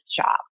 shop